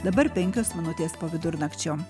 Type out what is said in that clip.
dabar penkios minutės po vidurnakčio